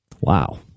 Wow